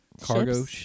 cargo